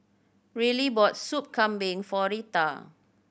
Rylie bought Soup Kambing for Rita